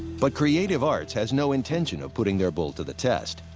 but creative arts has no intention of putting their bull to the test.